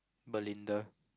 Belinda